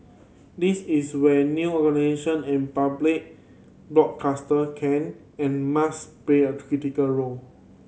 this is where new organisation and public broadcaster can and must play a critical role